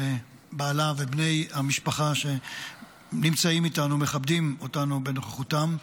לבעלה ולבני המשפחה שנמצאים איתנו ומכבדים אותנו בנוכחותם.